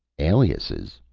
aliases?